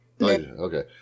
Okay